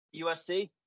USC